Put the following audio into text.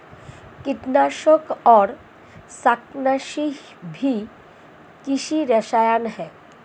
कीटनाशक और शाकनाशी भी कृषि रसायन हैं